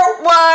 one